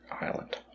Island